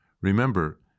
Remember